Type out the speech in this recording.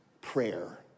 prayer